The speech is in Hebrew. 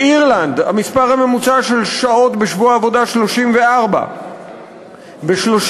באירלנד המספר הממוצע של שעות עבודה בשבוע הוא 34. ב-30